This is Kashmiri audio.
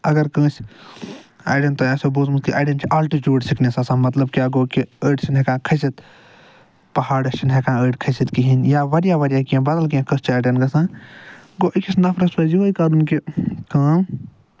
اَگر کٲنسہِ اَگر تۄہہِ آسٮ۪و بوٗزمُت کہِ اَڈین چھِ آلٹِچوٗڈ سِکنٮ۪س آسان مطلب کیاہ گوٚو کہِ أڈۍ چھِنہٕ ہٮ۪کان کھٔسِتھ پَہاڑَس چھِنہٕ أڈۍ ہٮ۪کان کھٔسِتھ کِہیٖنۍ یا واریا واریاہ کیٚنہہ بَدل کیٚنہہ قصہٕ چھُ اَڈٮ۪ن گژھان گوٚو أکِس نَفرَس پَزِ یِہوے کَرُن کہِ کٲم